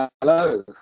Hello